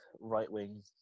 right-wing